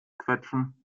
quetschen